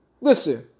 Listen